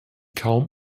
kaum